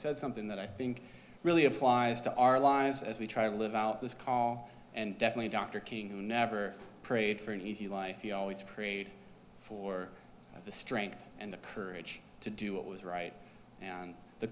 said something that i think really applies to our lives as we try to live out this call and definitely dr king who never prayed for an easy life he always created for the strength and the courage to do what was right and the